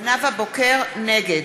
נגד